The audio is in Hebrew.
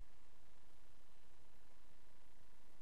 מגמה